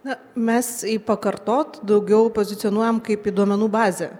na mes į pakartot daugiau pozicionuojam kaip į duomenų bazę